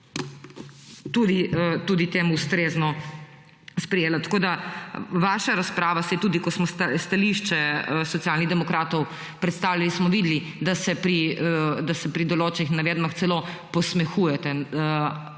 tudi temu ustrezno sprejela. Vaša razprava. Saj tudi ko smo stališče Socialnih demokratov predstavili, smo videli, da se pri določenih navedbah celo posmehujete.